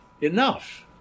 enough